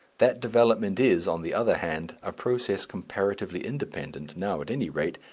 that development is, on the other hand, a process comparatively independent, now at any rate,